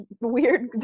weird